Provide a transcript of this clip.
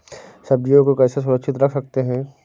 सब्जियों को कैसे सुरक्षित रख सकते हैं?